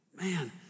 Man